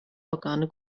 organe